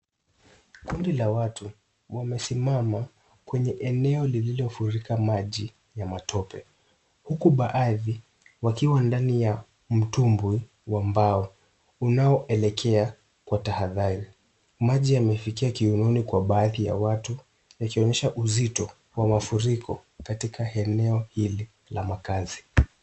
Kundi la watu wamesimama kwenye eneo lililofurika maji ya matope huku baadhi wakiwa ndani ya mtumbwi wa mbao unaoelekea kwa tahadhari. Maji yamefika kiunoni kwa baadhi ya watu yakionyesha uzito wa mafuriko katika eneo hilo la makazi.